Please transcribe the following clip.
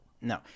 No